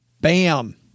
Bam